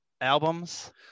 albums